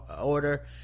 order